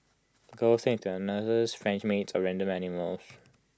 girls turn into their nurses French maids or random animals